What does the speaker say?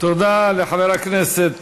תודה לחבר הכנסת